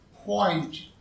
point